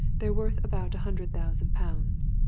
they're worth about a hundred thousand pounds.